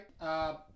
right